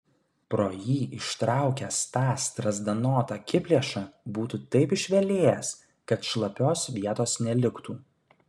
pro jį ištraukęs tą strazdanotą akiplėšą būtų taip išvelėjęs kad šlapios vietos neliktų